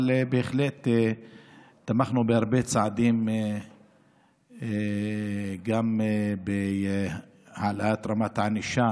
אבל בהחלט תמכנו בהרבה צעדים גם בהעלאת רמת הענישה